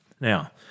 Now